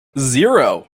zero